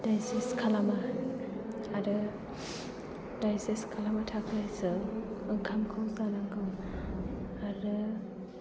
digest खालामा आरो digest खालामनो थाखाय जों ओंखामखौ जानांगौ आरो